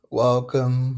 welcome